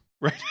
Right